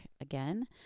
again